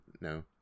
no